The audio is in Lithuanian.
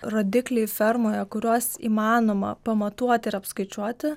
rodikliai fermoje kuriuos įmanoma pamatuot ir apskaičiuoti